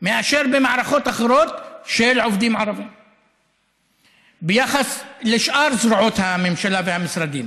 מאשר במערכות אחרות של עובדים ערבים ביחס לשלל זרועות הממשלה והמשרדים.